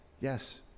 Yes